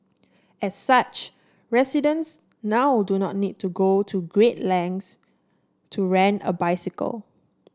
as such residents now do not need to go to great lengths to rent a bicycle